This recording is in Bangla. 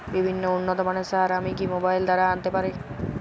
বিভিন্ন উন্নতমানের সার আমি কি মোবাইল দ্বারা আনাতে পারি?